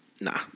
nah